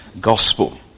Gospel